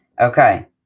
Okay